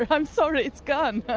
i'm sorry, it's gone! ah